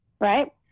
right